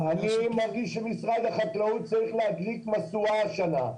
אני מרגיש שמשרד החקלאות צריך להדליק משואה השנה.